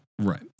right